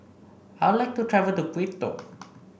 I like to travel to Quito